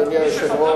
מי שחתם,